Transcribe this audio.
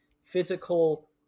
physical